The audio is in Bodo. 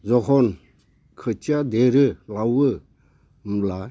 जखन खोथिया देरो लावो होमब्ला